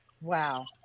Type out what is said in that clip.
Wow